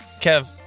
Kev